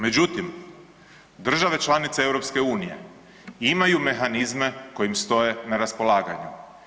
Međutim, države članice EU imaju mehanizme koji im stoje na raspolaganju.